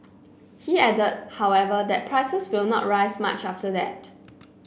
he added however that prices will not rise much after that